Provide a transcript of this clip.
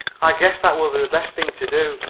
i guess that will be the best thing to do.